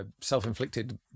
self-inflicted